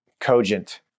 Cogent